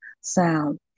sound